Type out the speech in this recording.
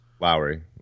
Lowry